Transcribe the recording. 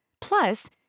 Plus